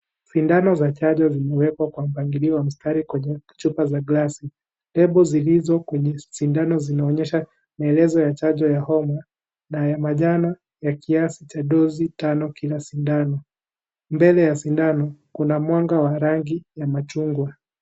Sindano za chanjo zimewekwa kwa mpangilio wa mstari kwenye chupa za glasi. Tepu zilizo kwenye sindano zinaonyesha maelezo ya chajo ya homa na ya manjano ya kiasi cha dozi tano kila sindano. Mbele ya sindano kuna mwanga wa rangi ya machungwa